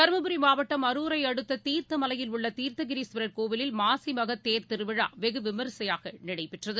தருமபுரி மாவட்டம் அரூர் அடுத்த தீர்த்த மலையில் உள்ள தீர்த்த கிரீஸ்வரர் கோவிலில் மாசி மக தேர் திருவிழா வெகு விமரிசையாக நடைபெற்றது